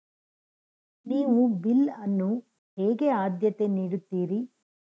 ನೀವು ಬಿಲ್ ಅನ್ನು ಹೇಗೆ ಆದ್ಯತೆ ನೀಡುತ್ತೀರಿ?